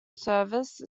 service